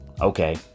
Okay